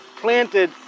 planted